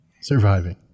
Surviving